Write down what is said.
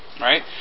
Right